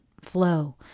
flow